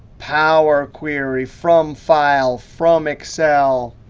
power query, from file, from excel.